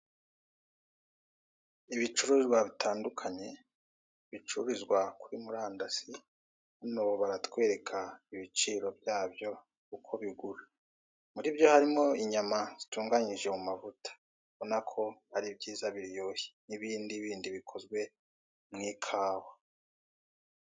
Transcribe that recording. Ibicuruzwa bitandukanye bicururizwa kuri murandasi, hano baratwereka ibiciro byabyo uko bigura, muri byo harimo inyama zitunganyije mu mavuta, ubona ko ari byiza biryoshye n'ibindi bindi bikozwe mu ikawa.